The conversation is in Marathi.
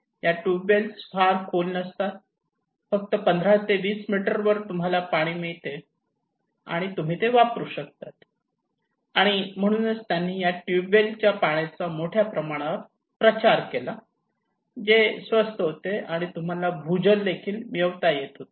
या ट्यूब वेल्स फार खोल नसतात फक्त 15 ते 20 मीटर वर तुम्हाला पाणी मिळते आणि तुम्ही ते वापरू शकतात आणि म्हणून त्यांनी या ट्यूबवेल च्या पाण्याचा मोठ्या प्रमाणात प्रचार केला जे स्वस्त होते आणि तुम्हाला भूजल देखील मिळवता येत होते